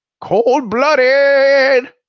Cold-blooded